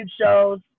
shows